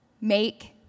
make